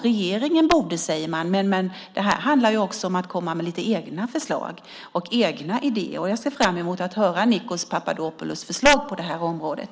"Regeringen borde", säger man, men det här handlar ju också om att komma med lite egna förslag och idéer. Jag ser fram emot att höra Nikos Papadopoulos förslag på det här området.